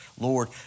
Lord